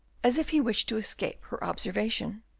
as if he wished to escape her observation.